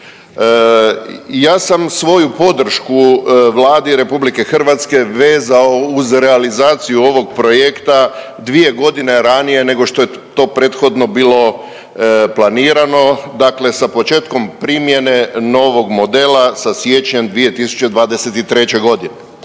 Ja sam svoju podršku Vladi RH vezao uz realizaciju ovog projekta dvije godine ranije nego što je to prethodno bilo planirano. Dakle, sa početkom primjene novog modela sa siječnjem 2023. godine.